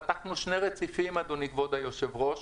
פתחנו שני רציפים, כבוד היושב-ראש.